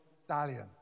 stallion